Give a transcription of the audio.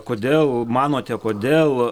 kodėl manote kodėl